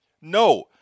No